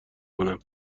کنم